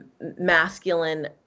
masculine